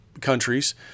countries